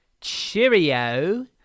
Cheerio